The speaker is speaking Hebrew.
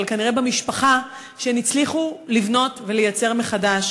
אבל כנראה במשפחה שהן הצליחו לבנות ולייצר מחדש.